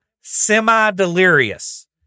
semi-delirious